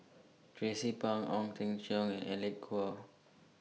Tracie Pang Ong Teng Cheong and Alec Kuok